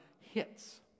hits